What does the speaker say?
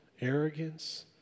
arrogance